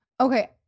Okay